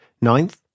Ninth